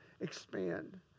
expand